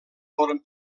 foren